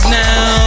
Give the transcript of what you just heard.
now